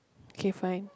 okay fine